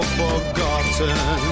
forgotten